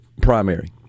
primary